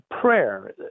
prayer